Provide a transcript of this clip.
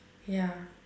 ya